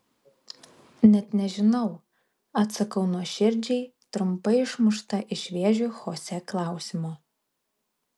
net nežinau atsakau nuoširdžiai trumpai išmušta iš vėžių chosė klausimo